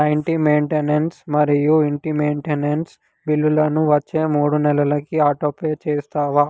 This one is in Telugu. నా ఇంటి మెయింటెనెన్స్ మరియు ఇంటి మెయింటెనెన్స్ బిల్లులను వచ్చే మూడు నెలలకి ఆటోపే చేస్తావా